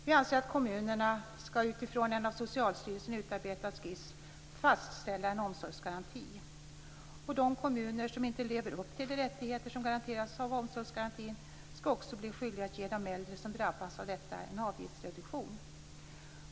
Vi anser att kommunerna, utifrån en av Socialstyrelsen utarbetad skiss, skall fastställa en omsorgsgaranti. De kommuner som inte lever upp till de rättigheter som garanteras av omsorgsgarantin skall bli skyldiga att ge de äldre som drabbas av detta en avgiftsreduktion.